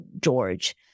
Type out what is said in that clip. George